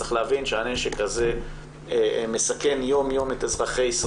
צריך להבין שהנשק הזה מסכן יום-יום את אזרחי מדינת